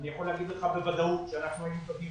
אני יכול לומר לך בוודאות שאנחנו בדיונים